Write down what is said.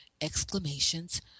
exclamations